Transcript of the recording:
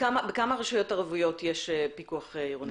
בכמה רשויות ערביות יש פיקוח עירוני?